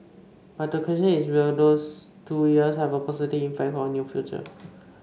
but the question is will these two years have a positive impact on your future